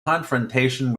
confrontation